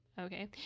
Okay